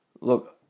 Look